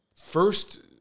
first